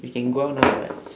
we can go out now [what]